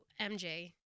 MJ